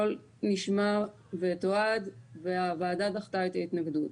הכל נשמע ותועד, והוועדה דחתה את ההתנגדות.